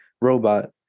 robot